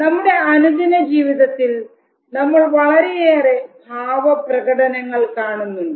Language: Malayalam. നമ്മുടെ അനുദിന ജീവിതത്തിൽ നമ്മൾ വളരെയേറെ ഭാവപ്രകടനങ്ങൾ കാണുന്നുണ്ട്